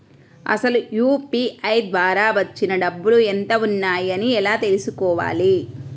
అసలు యూ.పీ.ఐ ద్వార వచ్చిన డబ్బులు ఎంత వున్నాయి అని ఎలా తెలుసుకోవాలి?